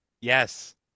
yes